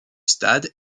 stade